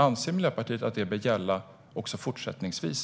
Anser Miljöpartiet att detta bör gälla i Sverige även fortsättningsvis?